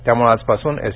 त्यामुळे आजपासून एस